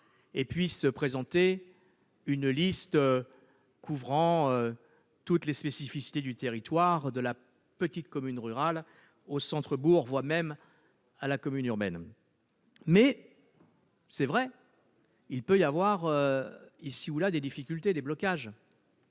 et puisse présenter une liste couvrant toutes les spécificités du territoire, de la petite commune rurale au centre-bourg, voire à la commune urbaine. Mais il peut effectivement y avoir des difficultés ou des blocages